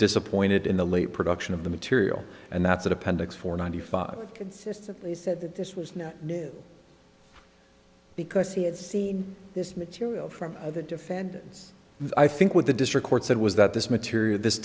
disappointed in the late production of the material and that's an appendix for ninety five consistently said that this was not because he had seen this material from the defendants i think with the district court said was that this material this